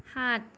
সাত